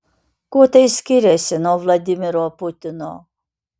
kuo tai skiriasi nuo vladimiro putino